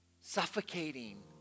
suffocating